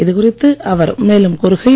இது குறித்து அவர் மேலும் கூறுகையில்